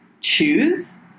choose